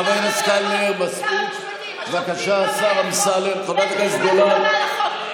אני רוצה לאפשר לשר אמסלם להתייחס למה שנאמר לגביו,